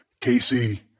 Casey